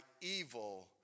evil